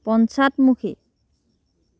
পশ্চাদমুখী